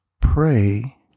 Pray